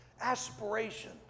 Aspiration